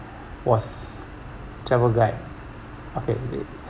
was travel guide okay